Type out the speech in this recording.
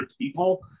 people